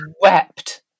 wept